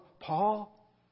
Paul